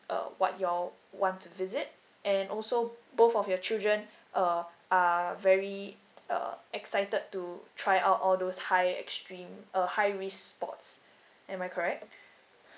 uh what you all want to visit and also both of your children uh are very uh excited to try out all those high extreme uh high risk sports am I correct